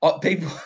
People